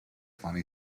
funny